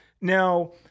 Now